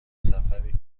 سفر